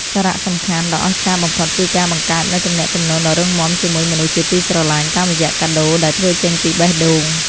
សារៈសំខាន់ដ៏អស្ចារ្យបំផុតគឺការបង្កើតនូវទំនាក់ទំនងដ៏រឹងមាំជាមួយមនុស្សជាទីស្រឡាញ់ តាមរយៈកាដូដែលធ្វើចេញពីបេះដូង។